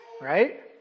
right